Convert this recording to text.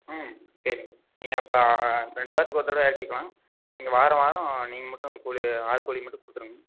ம் சரிங்க நீங்கள் அப்போ ரெண்டு வாரத்துக்கு ஒரு தடவை இறக்கிகோங்க நீங்கள் வாரம் வாரம் நீங்கள் மட்டும் கூலி ஆள் கூலி மட்டும் கொடுத்துருங்க